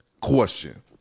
Question